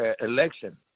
election